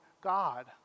God